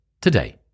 today